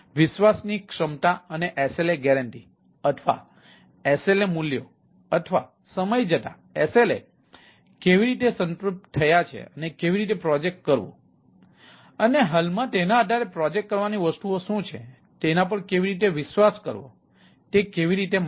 વિશ્વાસની ક્ષમતા અને SLA ગેરંટી અથવા SLA મૂલ્યો અથવા સમય જતાં SLA કેવી રીતે સંતુષ્ટ થયા છે અને કેવી રીતે પ્રોજેક્ટ કરવું અને હાલમાં તેના આધારે પ્રોજેક્ટ કરવાની વસ્તુઓ શું છે તેના પર કેવી રીતે વિશ્વાસ કરવો તે કેવી રીતે માનવું